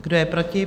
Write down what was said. Kdo je proti?